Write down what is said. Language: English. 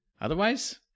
Otherwise